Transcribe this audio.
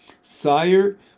Sire